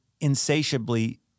insatiably